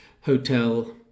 hotel